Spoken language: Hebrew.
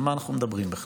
על מה אנחנו מדברים בכלל.